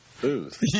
booth